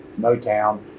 Motown